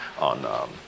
on